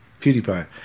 PewDiePie